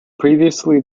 previously